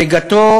הריגתו